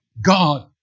God